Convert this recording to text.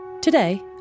Today